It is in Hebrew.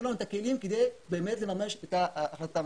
לנו את הכלים כדי באמת לממש את ההחלטה.